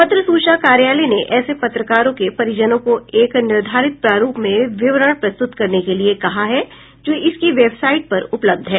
पत्र सूचना कार्यालय ने ऐसे पत्रकारों के परिजनों को एक निर्धारित प्रारूप में विवरण प्रस्तुत करने के लिए कहा है जो इसकी वेबसाइट पर उपलब्ध है